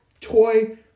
toy